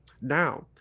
now